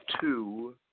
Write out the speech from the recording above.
two